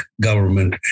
government